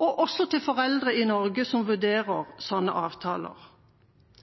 og også til foreldre i Norge som vurderer slike avtaler.